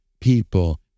people